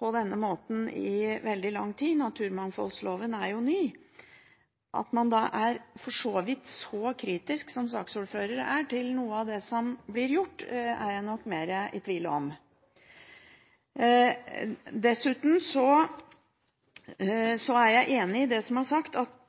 på denne måten i veldig lang tid, naturmangfoldloven er jo ny. At man da for så vidt er så kritisk som saksordføreren er til noe av det som blir gjort, stiller jeg meg nok mer spørrende til. Dessuten er jeg enig i det som er sagt, at